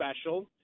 special